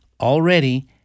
already